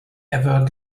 ever